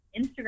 Instagram